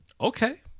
Okay